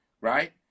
right